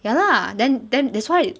ya lah then then that's why